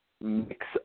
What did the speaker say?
mix